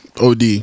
OD